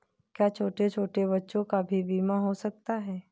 क्या छोटे छोटे बच्चों का भी बीमा हो सकता है?